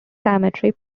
cemetery